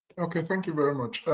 okay, thank you very much.